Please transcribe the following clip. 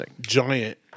giant